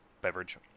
beverage